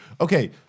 okay